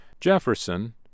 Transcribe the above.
Jefferson